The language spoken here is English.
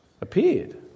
appeared